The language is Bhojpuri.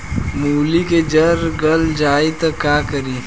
मूली के जर गल जाए त का करी?